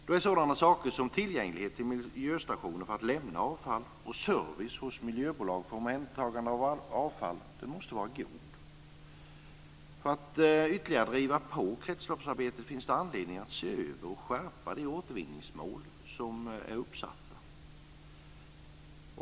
Då måste sådana saker som tillgänglighet till miljöstationer för att lämna avfall och service hos miljöbolag för omhändertagande av avfall vara god. För att ytterligare driva på kretsloppsarbetet finns det anledning att se över och skärpa de återvinningsmål som är uppsatta.